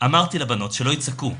"אמרתי לבנות שלא יצעקו.